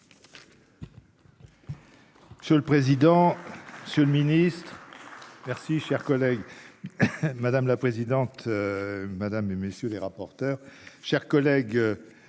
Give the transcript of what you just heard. Monsieur le président. C'est le ministre. Merci cher collègue. Madame la présidente. Madame et messieurs les rapporteurs, chers collègues.